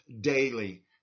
daily